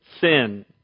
sin